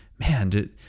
man